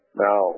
Now